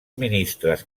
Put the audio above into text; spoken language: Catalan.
ministres